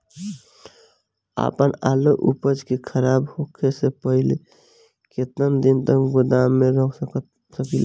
आपन आलू उपज के खराब होखे से पहिले केतन दिन तक गोदाम में रख सकिला?